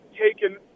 taken